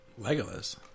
Legolas